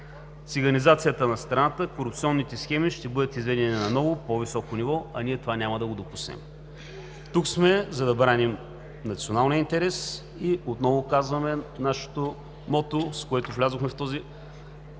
Циганизацията на страната, корупционните схеми ще бъдат изведени на ново, по-високо ниво, а ние това няма да го допуснем. Тук сме, за да браним националния интерес и отново казваме нашето мото, с което влязохме в този